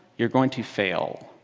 you're going to fail.